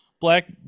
black